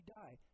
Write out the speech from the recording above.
die